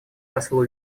послу